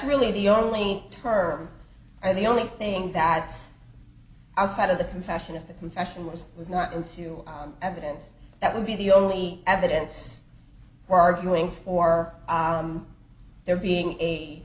really the only term and the only thing that outside of the confession of the confession was it was not into evidence that would be the only evidence or arguing for there being a